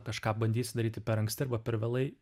kažką bandysi daryti per anksti arba per vėlai